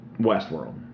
Westworld